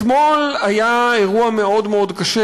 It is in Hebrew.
אתמול היה אירוע מאוד מאוד קשה,